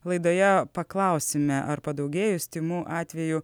laidoje paklausime ar padaugėjus tymų atvejų